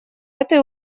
этой